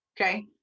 okay